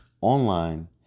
online